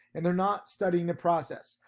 and they're not studying the process.